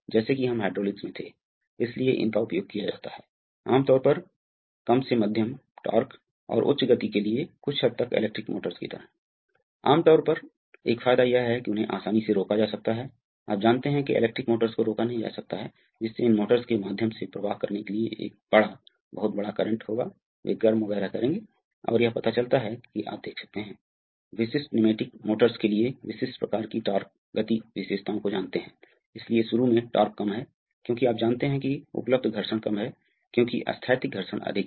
अतः हम यहां हैं अतः यहां सर्किट है अतः हम क्या करने जा रहे हैं इस सर्किट को देखें अतः हमारे पास हमारे पास दो सिलेंडर हैं एक है J दूसरा है H ठीक है